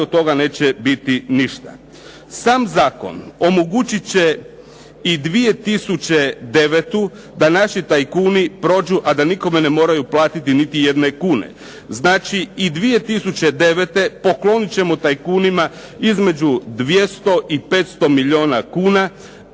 Sam zakon omogućit će i 2009. da naši tajkuni prođu, a da nikome ne moraju platiti niti jedne kune, znači i 2009. poklonit ćemo tajkunima između 200 i 500 milijuna kuna,